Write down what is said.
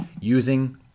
using